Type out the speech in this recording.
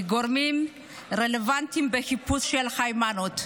מגורמים רלוונטיים בחיפוש של היימנוט.